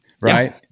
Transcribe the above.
right